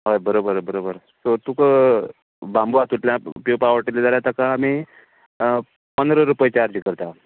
हय बरोबर बरोबर सो तुका बाम्बू हातूंतल्यान पिवपा आवडटली जाल्यार ताका आमी पंदरा रुपय चार्ज करतात